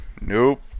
Nope